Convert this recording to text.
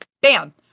bam